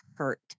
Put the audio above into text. Hurt